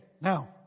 now